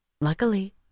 Luckily